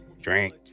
drink